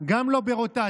גם לא ברוטציה.